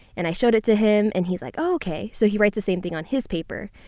and i showed it to him. and he's like, oh, okay. so he writes the same thing on his paper.